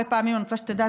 אני רוצה שתדע,